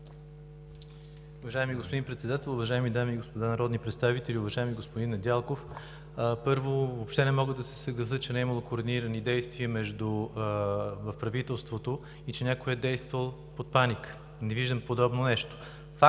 Уважаеми господин Председател, уважаеми дами и господа народни представители! Уважаеми господин Недялков, първо, въобще не мога да се съглася, че не е имало координирани действия в правителството и че някой е действал под паника. Не виждам подобно нещо.